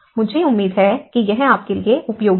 मुझे उम्मीद है कि यह आपके लिए उपयोगी है